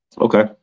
Okay